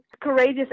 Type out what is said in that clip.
courageous